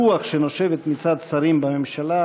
הרוח הנושבת מצד שרים בממשלה,